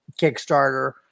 Kickstarter